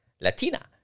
Latina